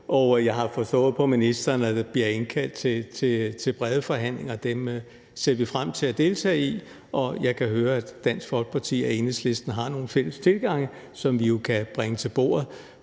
Jeg har forstået på ministeren, at der bliver indkaldt til brede forhandlinger, og dem ser vi frem til at deltage i. Og jeg kan høre, at Dansk Folkeparti og Enhedslisten har nogle fælles tilgange, som vi jo kan bringe til bordet